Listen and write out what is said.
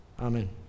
Amen